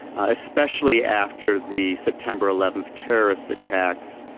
especially after the september eleven terrorist attacks,